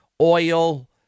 oil